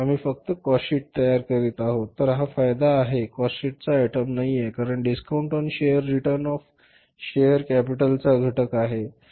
आम्ही फक्त कॉस्टशीटची तयारी करत आहोत तर हा फायदा आहे कॉस्टशीटचा आयटम नाहीये कारण discount on shares return of हा शेअर्स कॅपिटलचा घटक आहे